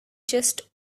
just